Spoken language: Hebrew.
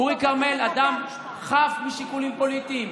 אורי כרמל, אדם חף משיקולים פוליטיים